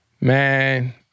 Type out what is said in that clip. Man